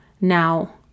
now